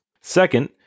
Second